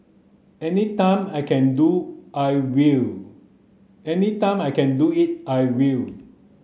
any time I can do I will any time I can do it I will